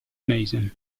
mason